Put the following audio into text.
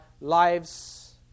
lives